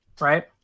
Right